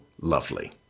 lovely